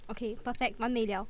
okay perfect 完美了